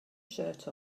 shirt